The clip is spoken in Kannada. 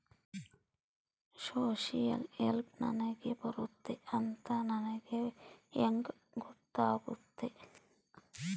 ಸೋಶಿಯಲ್ ಹೆಲ್ಪ್ ನನಗೆ ಬರುತ್ತೆ ಅಂತ ನನಗೆ ಹೆಂಗ ಗೊತ್ತಾಗುತ್ತೆ?